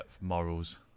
morals